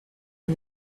and